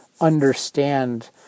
understand